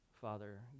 Father